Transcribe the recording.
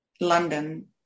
London